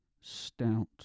stout